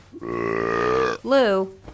Lou